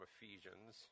Ephesians